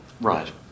Right